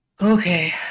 okay